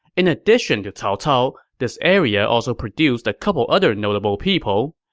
in addition to cao cao, this area also produced a couple other notable people.